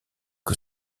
que